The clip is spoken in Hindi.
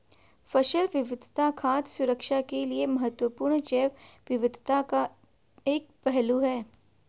फसल विविधता खाद्य सुरक्षा के लिए महत्वपूर्ण जैव विविधता का एक पहलू है